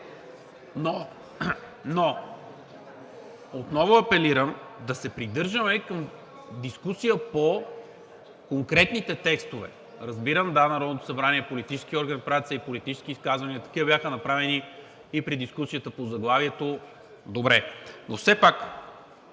но отново апелирам да се придържаме към дискусия по конкретните текстове. Разбирам, да, Народното събрание е политически орган, правят се и политически изказвания, такива бяха направени и при дискусията по заглавието, добре, но все пак